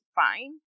fine